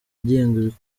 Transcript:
agenga